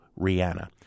Rihanna